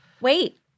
Wait